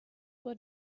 what